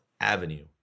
Avenue